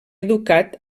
educat